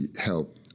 help